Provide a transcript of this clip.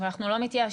אבל אנחנו לא מתייאשים.